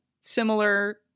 similar